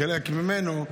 חלק ממנו.